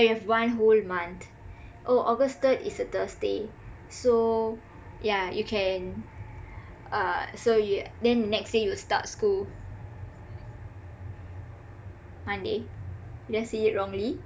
yah you have one whole month orh august third is a thursday so yah you can uh so you then next day you start school monday did I see it wrongly